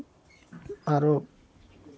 आरो